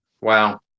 Wow